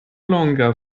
longa